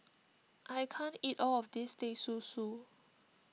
I can't eat all of this Teh Susu